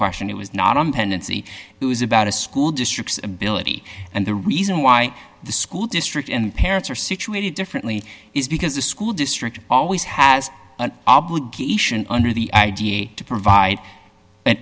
question it was not on pendency it was about a school district's ability and the reason why the school district and parents are situated differently is because the school district always has an obligation under the idea to provide an